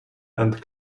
and